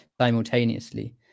simultaneously